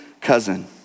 cousin